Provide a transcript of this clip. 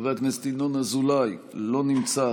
חבר הכנסת ינון אזולאי, לא נמצא,